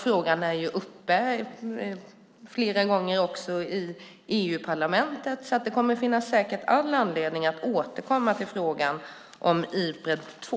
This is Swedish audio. Frågan tas också upp flera gånger i EU-parlamentet. Det kommer därför säkert att finnas all anledning att återkomma till frågan om Ipred 2.